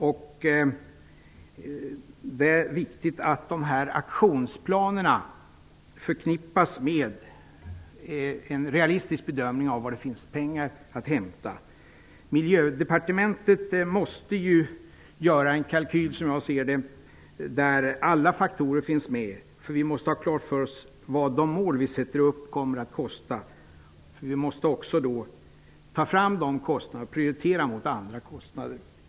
Det är därför viktigt att dessa aktionsplaner förknippas med en realistisk bedömning av vilka pengar som finns att hämta. Som jag ser det måste Miljödepartementet göra en kalkyl där alla faktorer finns med. Vi måste ha klart för oss hur mycket de mål vi sätter upp kommer att kosta. Vi måste också prioritera dessa kostnader mot andra kostnader.